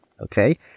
okay